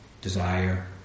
desire